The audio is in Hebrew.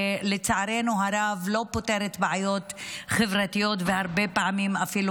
שלצערנו הרב לא פותרת בעיות חברתיות והרבה פעמים אפילו